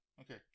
Okay